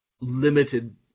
limited